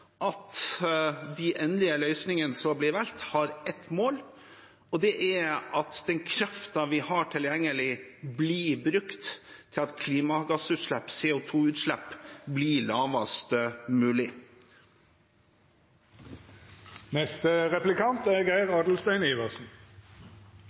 at de endelige løsningene som blir valgt, har ett mål, og det er at den kraften vi har tilgjengelig, blir brukt til at klimagassutslipp, CO 2 -utslipp, blir lavest